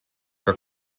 for